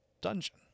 dungeon